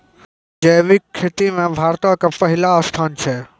जैविक खेती मे भारतो के पहिला स्थान छै